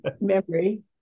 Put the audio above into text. memory